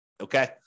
okay